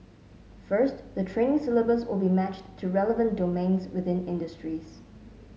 first the training syllabus will be matched to relevant domains within industries